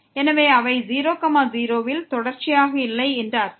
எனவே அவை 00 ல் தொடர்ச்சியாக இல்லை என்று அர்த்தம்